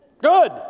Good